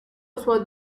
suo